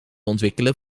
ontwikkelen